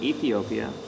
Ethiopia